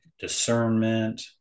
discernment